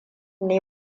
ne